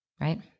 right